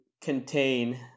contain